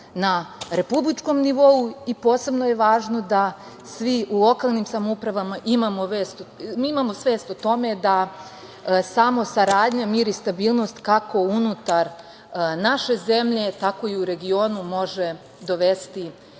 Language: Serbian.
na republičkom nivou i posebno je važno da svi u lokalnim samoupravama imamo svest o tome da samo saradnja, mir i stabilnost kako unutar naše zemlje, tako i u regionu može dovesti